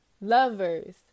lovers